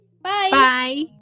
Bye